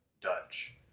Dutch